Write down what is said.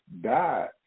died